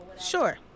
Sure